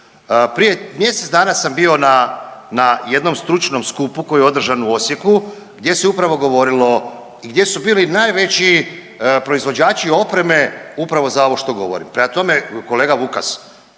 Prije mjesec dana sam bio na jednom stručnom skupu koji je održan u Osijeku gdje se upravo govorilo i gdje su bili najveći proizvođači opreme upravo za ovo što govorim. Prema tome, kolega Vukas,